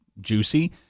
juicy